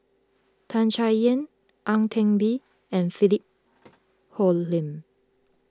Tan Chay Yan Ang Teck Bee and Philip Hoalim